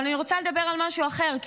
אבל אני רוצה לדבר על משהו אחר,